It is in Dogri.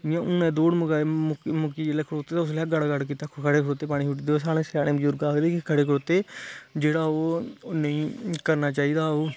इ'यां हुनै गै दौड़ मकाई मुक्की मुक्की जेल्लै खड़ोते तां उसलै गै गड़ गड़ कीता खड़े खड़ोते पानी पीता साढ़े स्याने बजुर्ग आखदे कि खड़े खड़ोते जेह्ड़ा ओह् नेईं करना चाहिदा ओह्